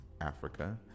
Africa